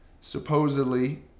Supposedly